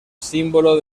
símbolo